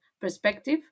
perspective